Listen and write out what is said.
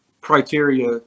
criteria